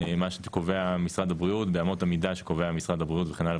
מה שקובע משרד הבריאות באמות המידה שקובע משרד הבריאות וכן הלאה,